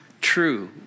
true